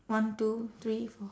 one two three four